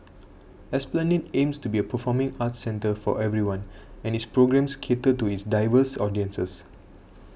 esplanade aims to be a performing arts centre for everyone and its programmes cater to its diverse audiences